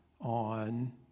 on